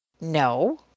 no